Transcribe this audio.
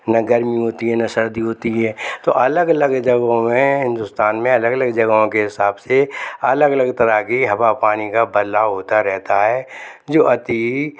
ना गर्मी होती है ना सर्दी होती है तो अलग अलग जगहों हिंदुस्तान में अलग अलग जगहों के हिसाब से अलग अलग तरह की हवा पानी का बदलाव होता रहता है जो अति